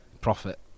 profit